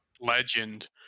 legend